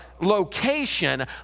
location